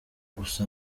gusa